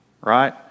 right